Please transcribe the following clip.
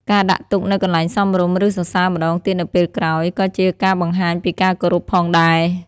ការដាក់ទុកនៅកន្លែងសមរម្យ ឬសរសើរម្តងទៀតនៅពេលក្រោយ ក៏ជាការបង្ហាញពីការគោរពផងដែរ។